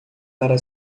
para